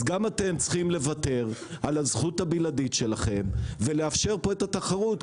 אז גם אתם צריכים לוותר על הזכות הבלעדית שלכם ולאפשר פה את התחרות,